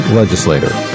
legislator